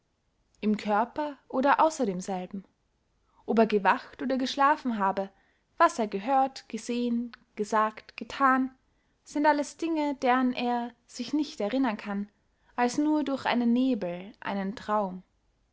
im körper oder ausser demselben ob er gewacht oder geschlafen habe was er gehört gesehen gesagt gethan sind alles dinge deren er sich nicht erinnern kann als nur durch einen nebel einen traum